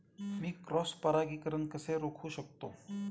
मी cross परागीकरण कसे रोखू शकतो?